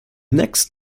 next